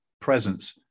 presence